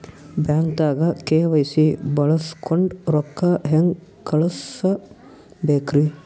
ಬ್ಯಾಂಕ್ದಾಗ ಕೆ.ವೈ.ಸಿ ಬಳಸ್ಕೊಂಡ್ ರೊಕ್ಕ ಹೆಂಗ್ ಕಳಸ್ ಬೇಕ್ರಿ?